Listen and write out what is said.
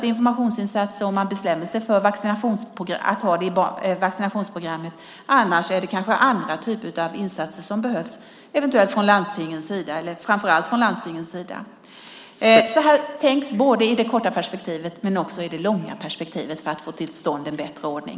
Om man bestämmer sig för att ha med det i vaccinationsprogrammet behövs informationsinsatser. Annars är det kanske andra typer av insatser som behövs från framför allt landstingens sida. Här tänks i både det korta perspektivet och det långa perspektivet för att få till stånd en bättre ordning.